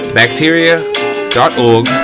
bacteria.org